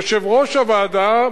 שיושב-ראש הוועדה,